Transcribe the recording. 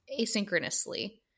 asynchronously